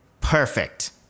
perfect